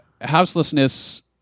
houselessness